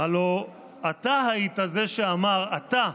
הלוא אתה היית זה שאמר, אתה: